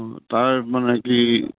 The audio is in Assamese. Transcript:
অঁ তাৰ মানে কি